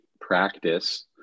practice